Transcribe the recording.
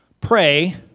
pray